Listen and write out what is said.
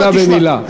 מילה במילה.